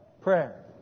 prayer